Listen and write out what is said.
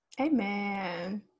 amen